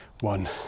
one